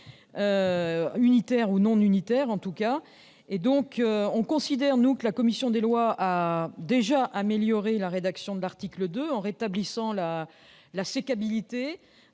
unitaires ou non unitaires, en tout cas. Nous considérons que la commission des lois a déjà amélioré la rédaction de l'article 2 en rétablissant la sécabilité